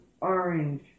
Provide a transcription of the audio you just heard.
orange